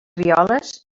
violes